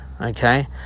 okay